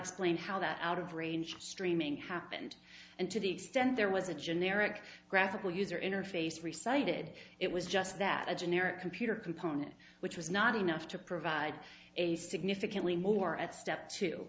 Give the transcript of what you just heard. explain how the out of range streaming happened and to the extent there was a generic graphical user interface reciting would it was just that a generic computer component which was not enough to provide a significantly more at step t